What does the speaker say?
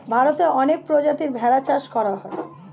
ভারতে অনেক প্রজাতির ভেড়া চাষ করা হয়